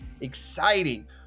exciting